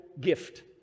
gift